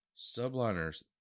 subliners